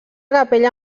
capella